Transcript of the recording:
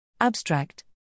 Abstract